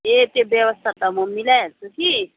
ए त्यो व्यवस्था त म मिलाइहाल्छु कि